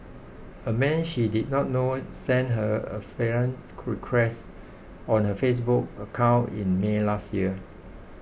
a man she did not know sent her a friend request on her Facebook account in May last year